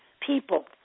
people